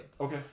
Okay